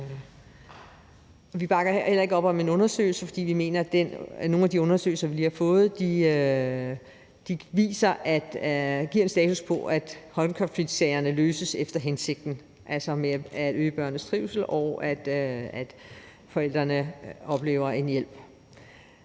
vi bakker heller ikke op om en undersøgelse, fordi vi mener, at nogle af de undersøgelser, vi har fået, giver en status på, at højkonfliktsagerne løses efter hensigten, altså med at øge børnenes trivsel, og at forældrene oplever en hjælp.